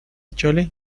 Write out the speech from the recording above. chole